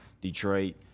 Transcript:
Detroit